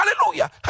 Hallelujah